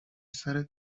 سرت